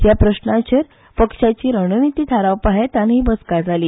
ह्या प्रस्नाचेर पक्षाची रणनीती थारावपा हेतान ही बसका जाली